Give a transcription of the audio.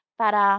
para